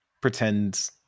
pretend